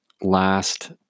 last